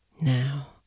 Now